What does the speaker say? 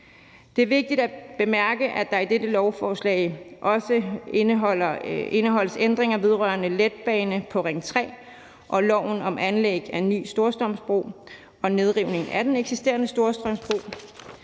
Det er vigtigt at bemærke, at dette lovforslag også indeholder ændringer vedrørende letbane på Ring 3 og loven om anlæg af en ny Storstrømsbro og nedrivning af den eksisterende Storstrømsbro.